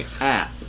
app